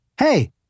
Hey